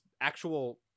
actual